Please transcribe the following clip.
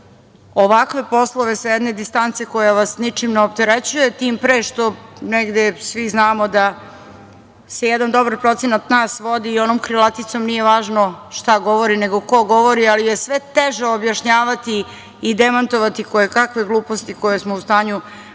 ovakve poslove sa jedne distance koja vas ničim ne opterećuje, tim pre što negde svi znamo da se jedan dobar procenat nas vodi onom krilaticom: „Nije važno šta govori, nego ko govori“, ali je sve teže objašnjavati i demantovati kojekakve gluposti koje smo u stanju